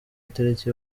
itariki